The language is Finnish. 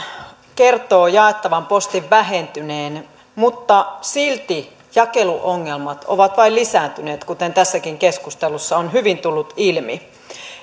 kertoo jaettavan postin vähentyneen mutta silti jakeluongelmat ovat vain lisääntyneet kuten tässäkin keskustelussa on hyvin tullut ilmi